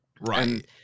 Right